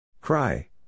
Cry